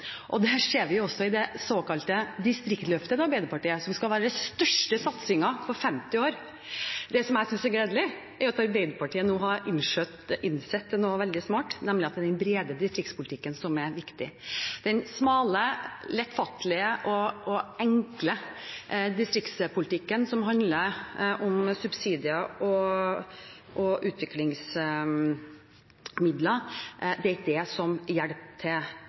Det ser vi også i det såkalte distriktsløftet til Arbeiderpartiet, som skal være den største satsingen på 50 år. Det jeg synes er gledelig, er at Arbeiderpartiet nå har innsett noe veldig smart, nemlig at det er den brede distriktspolitikken som er viktig. Den smale, lettfattelige og enkle distriktspolitikken som handler om subsidier og utviklingsmidler, er ikke det som hjelper for vekst. Nå er det slik at ikke alt det som